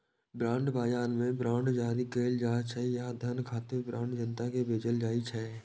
bond बाजार मे bond जारी कैल जाइ छै आ धन खातिर बांड जनता कें बेचल जाइ छै